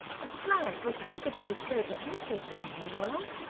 a flag will cultivate a spirit of patriotism, marilla.